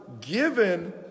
given